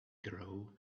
grow